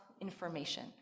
information